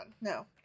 No